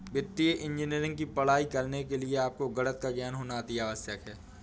वित्तीय इंजीनियरिंग की पढ़ाई करने के लिए आपको गणित का ज्ञान होना अति आवश्यक है